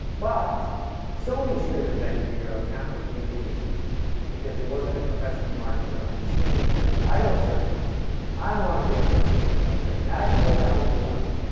but sony should have invented to hear our camera and they didn't because there wasn't a professional market around the scene who said i don't surf i don't want to be on social media but i could imagine what that would be like